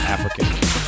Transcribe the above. African